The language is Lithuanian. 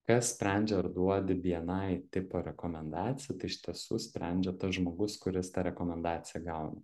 kas sprendžia ar duodi bni tipo rekomendaciją tai iš tiesų sprendžia tas žmogus kuris tą rekomendaciją gauna